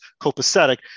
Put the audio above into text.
copacetic